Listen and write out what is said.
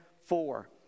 four